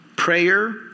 Prayer